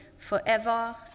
forever